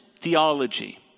Theology